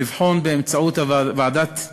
לבחון באמצעות ועדת העבודה,